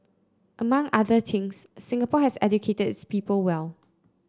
among other things Singapore has educated its people well